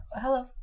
Hello